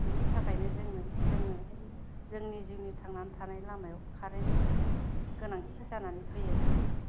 बिनि थाखायनो जोंनो जोङो जोंनि जिउनि थांनानै थानाय लामायाव कारेननि गोनांथि जानानै फैयो